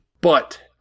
But-